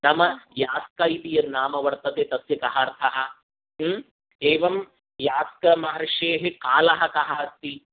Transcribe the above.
नाम यास्क इति यन्नाम वर्तते तस्य कः अर्थः एवं यास्कमहर्षेः कालः कः अस्ति